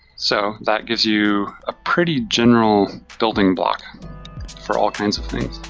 so that gives you a pretty general building block for all kinds of things.